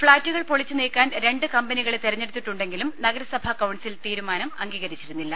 ഫ്ളാറ്റുകൾ പൊളിച്ചു നീക്കാൻ രണ്ടു കമ്പനികളെ തെരഞ്ഞെടുത്തി ട്ടുണ്ടെങ്കിലും നഗരസഭാ കൌൺസിൽ തീരുമാനം അംഗീകരിച്ചിരുന്നില്ല